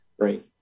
right